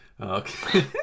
Okay